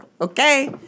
Okay